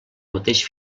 mateix